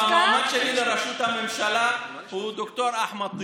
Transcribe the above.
והמועמד שלי לראשות הממשלה הוא ד"ר אחמד טיבי.